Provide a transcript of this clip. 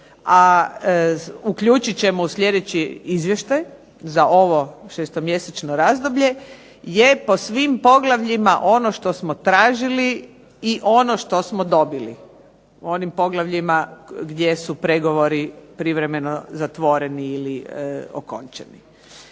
a uključit ćemo u sljedeći izvještaj za ovo šestomjesečno razdoblje, je po svim poglavljima ono što smo tražili i ono što smo dobili, u onim poglavljima gdje su pregovori privremeno zatvoreni ili okončani.